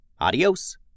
Adios